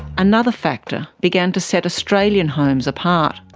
another factor began to set australian homes apart,